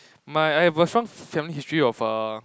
my I have a some family history of err